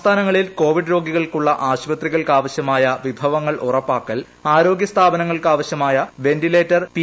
സംസ്ഥാനങ്ങളിൽ കോവിഡ് രോഗികൾക്കുള്ള ആശുപത്രികൾക്കാവശ്യമായ വിഭവങ്ങൾ ഉറപ്പാക്കൽ ആരോഗ്യ സ്ഥാപനങ്ങൾക്കാവശ്യമായ വെന്റിലേറ്റർ പി